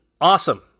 awesome